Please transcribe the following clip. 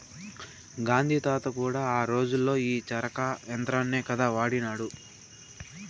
గాంధీ తాత కూడా ఆ రోజుల్లో ఈ చరకా యంత్రాన్నే కదా వాడినాడు